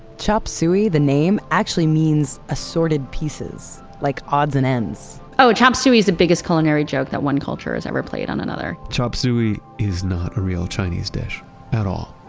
chop suey, the name actually means assorted pieces like odds and ends oh, chop suey is the biggest culinary joke that one culture has ever played on another chop suey is not a real chinese dish at all.